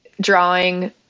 drawing